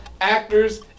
actors